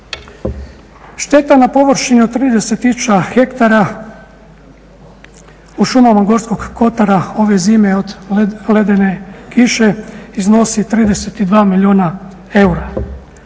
Šteta na površini od 30 tisuća hektara u šumama Gorskog Kotara ove zime od ledene kiše iznosi 32 milijuna eura.